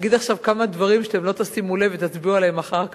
להגיד עכשיו כמה דברים שאתם לא תשימו לב ותצביעו עליהם אחר כך.